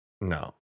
no